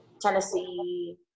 Tennessee